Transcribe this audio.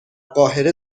قاهره